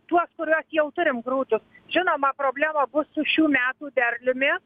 tuos kuriuos jau turim grūdus žinoma problema bus su šių metų derliumi